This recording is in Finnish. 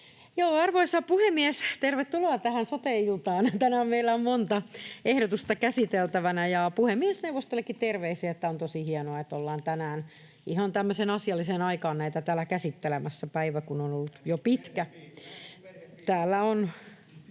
Arvoisa puhemies! Tervetuloa tähän sote-iltaan! Tänään meillä on monta ehdotusta käsiteltävänä, ja puhemiesneuvostollekin terveisiä, että on tosi hienoa, että ollaan tänään ihan tämmöiseen asialliseen aikaan näitä täällä käsittelemässä, päivä kun on ollut jo pitkä. [Aki